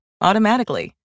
automatically